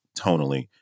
tonally